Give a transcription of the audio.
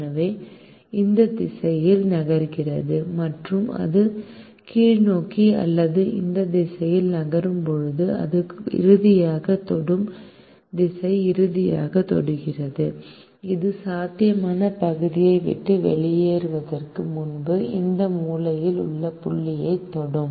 எனவே இது இந்த திசையில் நகர்கிறது மற்றும் அது கீழ்நோக்கி அல்லது இந்த திசையில் நகரும்போது அது இறுதியாகத் தொடும் திசை இறுதியாகத் தொடுகிறது இது சாத்தியமான பகுதியை விட்டு வெளியேறுவதற்கு முன்பு இந்த மூலையில் உள்ள புள்ளியைத் தொடும்